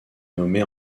nommée